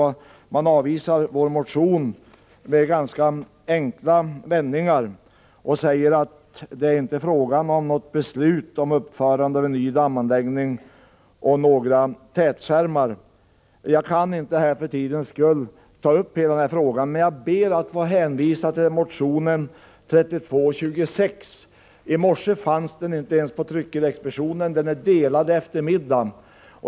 Man avvisar vår motion med ganska enkla vändningar och säger att det inte innebär något beslut om uppförande av någon ny dammanläggning eller tätskärmar. Jag kan inte här av tidsskäl ta upp hela frågan. Men jag ber att få hänvisa till motion 3226. I morse fanns motionen inte ens på tryckeriexpeditionen, den delades ut i eftermiddag.